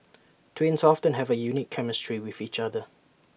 twins often have A unique chemistry with each other